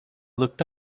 looked